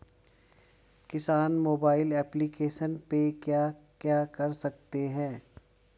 किसान mobile application पे क्या क्या कर सकते हैं?